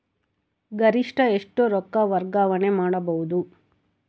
ಗರಿಷ್ಠ ಎಷ್ಟು ರೊಕ್ಕ ವರ್ಗಾವಣೆ ಮಾಡಬಹುದು?